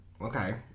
Okay